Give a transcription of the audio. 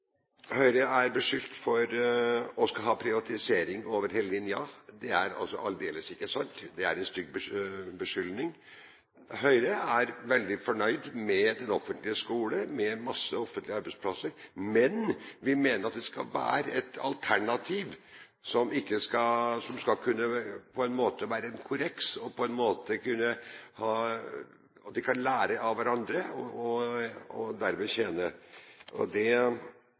Høyre er beskyldt for å skulle ha privatisering over hele linjen. Det er aldeles ikke sant. Det er en stygg beskyldning. Høyre er veldig fornøyd med den offentlige skole, med masse offentlige arbeidsplasser, men vi mener at det skal være et alternativ som skal være en korreks, og at de skal kunne lære av hverandre og derved tjene på det.